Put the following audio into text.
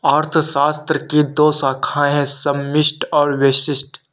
अर्थशास्त्र की दो शाखाए है समष्टि और व्यष्टि